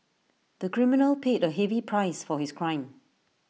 the criminal paid A heavy price for his crime